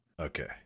Okay